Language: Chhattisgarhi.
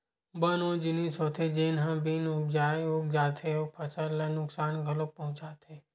बन ओ जिनिस होथे जेन ह बिन उपजाए उग जाथे अउ फसल ल नुकसान घलोक पहुचाथे